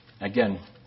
Again